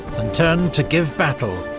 and turned to give battle,